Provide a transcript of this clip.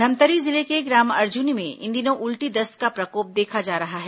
धमतरी जिले के ग्राम अर्जुनी में इन दिनों उल्टी दस्त का प्रकोप देखा जा रहा है